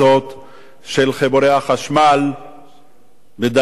של חיבורי החשמל בדאליה ועוספיא.